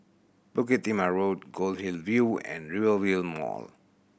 Bukit Timah Road Goldhill View and Rivervale Mall